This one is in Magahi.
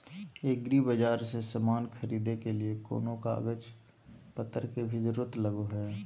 एग्रीबाजार से समान खरीदे के लिए कोनो कागज पतर के भी जरूरत लगो है?